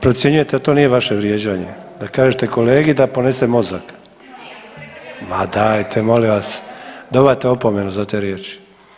Procjenjujete da to nije vaše vrijeđanje da kažete kolegi da ponese mozak, ma dajte molim vas, dobivate opomenu za te riječi.